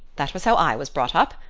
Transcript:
that was how i was brought up,